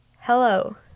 hello